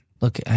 Look